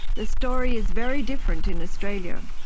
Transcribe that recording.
the story is very different in australia.